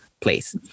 place